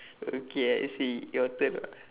okay I see your turn ah